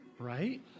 right